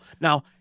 Now